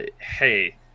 Hey